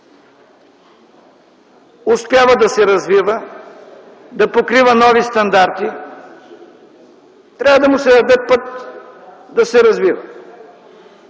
успява да се развива, да покрива нови стандарти, трябва да му се даде път да се развива.